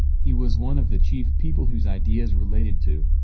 he was one of the chief people whose ideas related to,